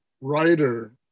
writer